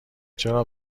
چرا